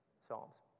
Psalms